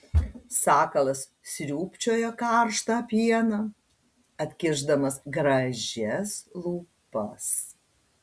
sakalas sriūbčioja karštą pieną atkišdamas gražias lūpas